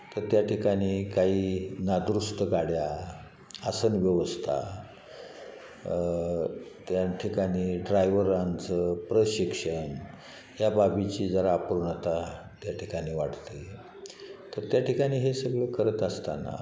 तर त्या ठिकाणी काही नादुरुस्त गाड्या आसन व्यवस्था त्या ठिकाणी ड्रायव्हरांचं प्रशिक्षण या बाबीची जरा आपरुन आता त्या ठिकाणी वाटते तर त्या ठिकाणी हे सगळं करत असताना